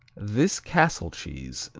this castle cheese,